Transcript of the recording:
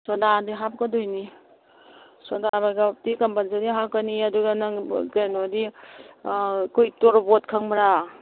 ꯁꯣꯗꯥꯗꯤ ꯍꯥꯞꯀꯗꯣꯏꯅꯤ ꯁꯣꯗꯥꯕꯥꯏꯒꯞꯇꯤ ꯀꯝꯄꯜꯁꯔꯤ ꯍꯥꯞꯀꯅꯤ ꯑꯗꯨꯒ ꯅꯪ ꯀꯩꯅꯣꯗꯤ ꯑꯩꯈꯣꯏ ꯇꯣꯔꯣꯕꯣꯠ ꯈꯪꯕ꯭ꯔꯥ